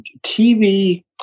TV